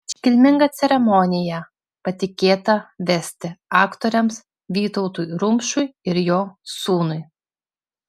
iškilmingą ceremoniją patikėta vesti aktoriams vytautui rumšui ir jo sūnui